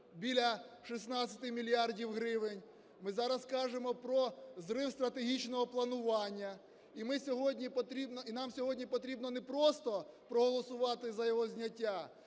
біля 16 мільярдів гривень, ми зараз кажемо про зрив стратегічного планування. І нам сьогодні потрібно не просто проголосувати за його зняття,